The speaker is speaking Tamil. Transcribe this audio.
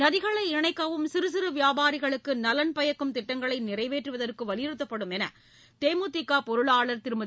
நதிகளை இணைக்கவும் சிறு சிறு வியாபாரிகளுக்கு நலன் பயக்கும் திட்டங்களை நிறைவேற்றுவதற்கு வலியுறுத்தப்படும் என்று தேமுதிக பொருளாளர் திருமதி